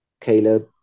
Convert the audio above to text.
Caleb